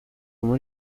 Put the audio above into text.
uomo